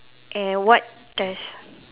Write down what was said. and what does